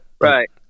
right